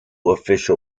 official